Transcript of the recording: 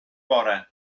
bore